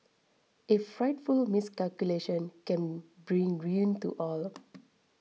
a frightful miscalculation can bring ruin to all